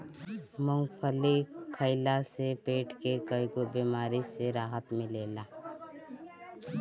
मूंगफली खइला से पेट के कईगो बेमारी से राहत मिलेला